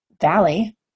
valley